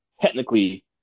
technically